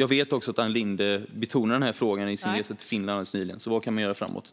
Jag vet att Ann Linde betonade denna fråga under sin resa till Finland alldeles nyligen. Vad kan man göra framöver?